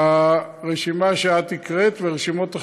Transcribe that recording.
הרשימה שאת הקראת ורשימות אחרות,